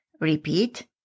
Repeat